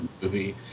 movie